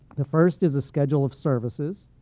the first is a schedule of services,